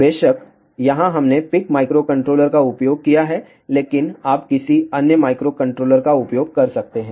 बेशक यहां हमने पिक माइक्रोकंट्रोलर का उपयोग किया है लेकिन आप किसी अन्य माइक्रोकंट्रोलर का उपयोग कर सकते हैं